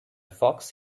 fox